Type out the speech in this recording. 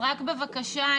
אז בבקשה,